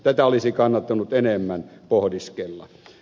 tätä olisi kannattanut enemmän pohdiskella